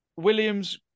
Williams